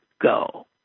go